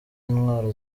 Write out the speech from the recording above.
intwaro